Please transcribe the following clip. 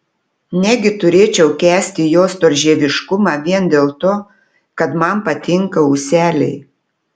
negi turėčiau kęsti jo storžieviškumą vien dėl to kad man patinka ūseliai